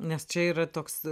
nes čia yra toks